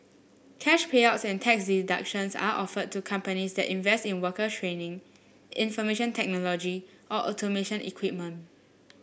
cash payouts and tax deductions are offered to companies that invest in worker training information technology or automation equipment